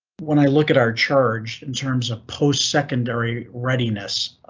when i look at are charged in terms of postsecondary readiness,